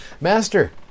master